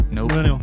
Nope